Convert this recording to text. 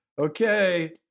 okay